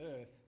earth